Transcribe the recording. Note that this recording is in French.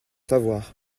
savoir